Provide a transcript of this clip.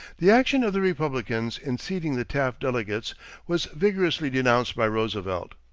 the action of the republicans in seating the taft delegates was vigorously denounced by roosevelt.